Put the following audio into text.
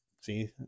see